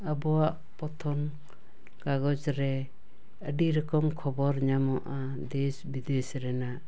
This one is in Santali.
ᱟᱵᱚᱣᱟᱜ ᱯᱚᱛᱷᱚᱱ ᱠᱟᱜᱚᱡᱽ ᱨᱮ ᱟᱹᱰᱤ ᱨᱚᱠᱚᱢ ᱠᱷᱚᱵᱚᱨ ᱧᱟᱢᱚᱜᱼᱟ ᱫᱮᱥ ᱵᱤᱫᱮᱥ ᱨᱮᱱᱟᱜ